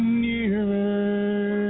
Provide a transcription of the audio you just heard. nearer